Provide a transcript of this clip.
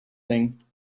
thing